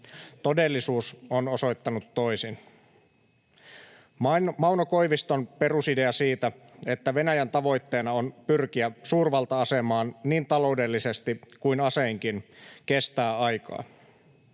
Todellisuus on osoittanut toisin. Mauno Koiviston perusidea siitä, että Venäjän tavoitteena on pyrkiä suurvalta-asemaan niin taloudellisesti kuin aseinkin, kestää aikaa.